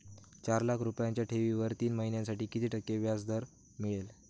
चार लाख रुपयांच्या ठेवीवर तीन महिन्यांसाठी किती टक्के व्याजदर मिळेल?